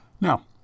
Now